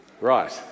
Right